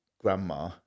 grandma